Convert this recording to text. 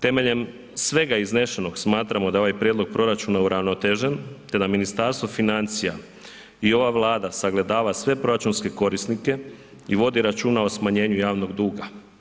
Temeljem svega iznešenog smatramo da je ovaj prijedlog proračuna uravnotežen, te da Ministarstvo financija i ova Vlada sagledava sve proračunske korisnike i vodi računa o smanjenju javnog duga.